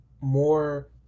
more